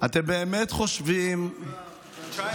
הייתה ירידה של 19% בחברה הערבית.